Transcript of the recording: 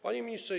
Panie Ministrze!